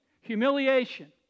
Humiliation